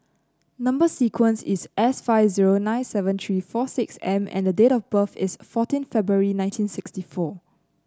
number sequence is S five zero nine seven three four six M and the date of birth is fourteen February nineteen sixty four